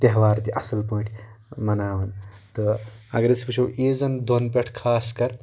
تہوار تہِ اَصٕل پٲٹھۍ مناوان تہٕ اَگر أسۍ وٕچھو عیٖزَن دۄن پٮ۪ٹھ خاص کر